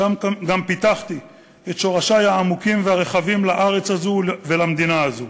שם גם פיתחתי את שורשי העמוקים והרחבים בארץ הזאת ובמדינה הזאת,